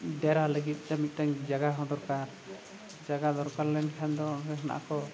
ᱰᱮᱨᱟ ᱞᱟᱹᱜᱤᱫᱼᱛᱮ ᱢᱤᱫᱴᱟᱝ ᱡᱟᱭᱜᱟ ᱦᱚᱸ ᱫᱚᱨᱠᱟᱨ ᱡᱟᱭᱜᱟ ᱫᱚᱨᱠᱟᱨ ᱞᱮᱱᱠᱷᱟᱱ ᱫᱚ ᱚᱸᱰᱮ ᱦᱮᱱᱟᱜ ᱠᱚ